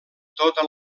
tota